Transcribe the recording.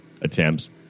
attempts